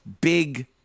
big